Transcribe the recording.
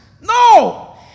no